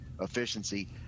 efficiency